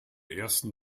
ersten